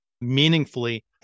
meaningfully